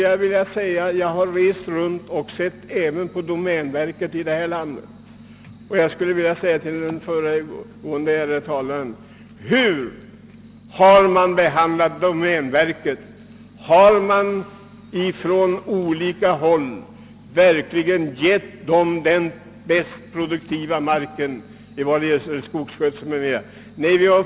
Jag har rest omkring i landet och sett på domänverkets drift och skulle vilja fråga den ärade föregående talaren: Hur har domänverket behandlats? Har domänverket verkligen givits den mest produktiva marken för skogsskötsel m.m.?